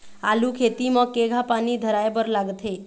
आलू खेती म केघा पानी धराए बर लागथे?